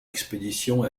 expédition